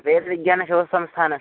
वेदविज्ञानशव संस्थानम्